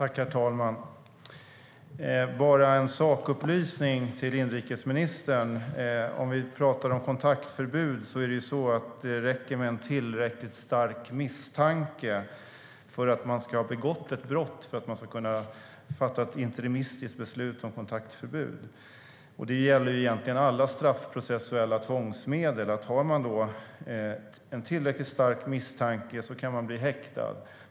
Herr talman! Jag har bara en sakupplysning till inrikesministern. Om vi pratar om kontaktförbud räcker det med en tillräckligt stark misstanke om att någon har begått ett brott för att man ska kunna fatta ett interimistiskt beslut om kontaktförbud. Det gäller egentligen alla straffprocessuella tvångsmedel. Finns det en tillräckligt stark misstanke kan man bli häktad.